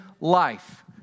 life